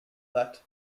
that